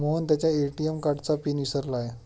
मोहन त्याच्या ए.टी.एम कार्डचा पिन विसरला आहे